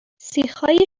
سیخهای